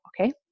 okay